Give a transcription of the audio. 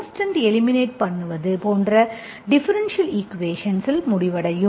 constant eliminate பண்ணுவது போன்ற differential equations இல் முடிவடையும்